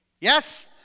Yes